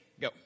Go